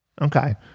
okay